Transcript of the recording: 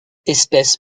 espèce